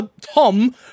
Tom